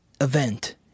event